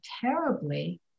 terribly